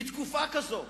בתקופה כזאת,